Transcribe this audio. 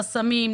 חסמים,